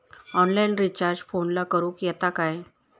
Online recharge फोनला करूक येता काय?